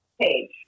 page